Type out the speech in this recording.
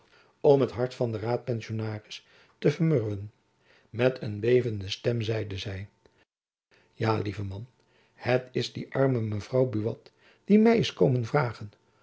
om het hart van den raadpensionaris te vermurwen met een bevende stem zeide zy ja lieve man het is die arme mevrouw buat die my is komen vragen